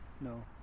No